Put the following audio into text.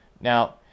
Now